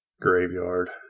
graveyard